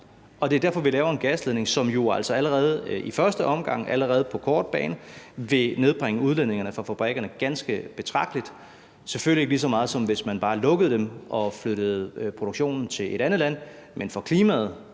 og det er derfor, vi laver en gasledning, som jo altså i første omgang, allerede på den korte bane, vil nedbringe udledningerne fra fabrikkerne ganske betragteligt – selvfølgelig ikke lige så meget, som hvis man bare lukkede dem og flyttede produktionen til et andet land. Men for klimaet